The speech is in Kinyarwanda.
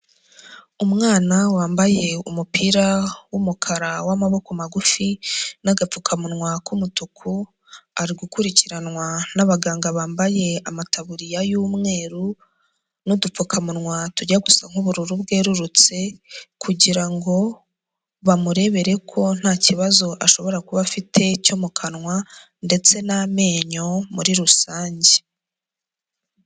Umwana wambaye umupira w'umukara w'amaboko magufi n'agapfukamunwa k'umutuku ari gukurikiranwa n'abaganga bambaye amatabuririya y'umweru n'udupfukamunwa tujya gusa nk'ubururu bwerurutse kugira ngo bamurebere ko nta kibazo ashobora kuba afite cyo mu kanwa ndetse n'amenyo muri rusange.